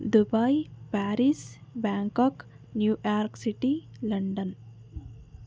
Dubai Paris Bangkok New York city London